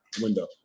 window